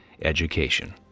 education